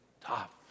tough